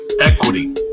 equity